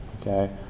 Okay